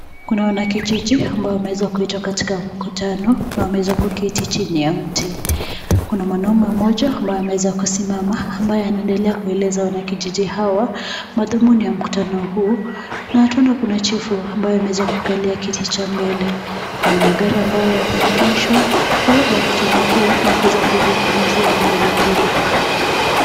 Kuna wanakijiji ambao wamewezwa kuitwa katika mkutano na wameweza kuketi chini ya mti. Kuna mwanamme mmoja ambaye ameweza kusimama ambaye aendela kwaeleza wana kijiji hao madhumuni ya mkutano huu .Na tuna chifu ambaye amweza kukalia kiti cha mbele. Kuna magari ambayo yameengeshwa na labda mkutano huu niwakweza kuzungumzia mazingira.